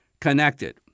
connected